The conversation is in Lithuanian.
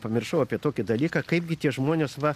pamiršau apie tokį dalyką kaipgi tie žmonės va